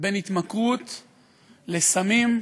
בין התמכרות לסמים,